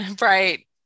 Right